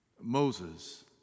Moses